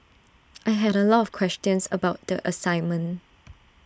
I had A lot of questions about the assignment